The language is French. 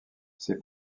ses